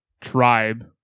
tribe